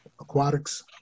aquatics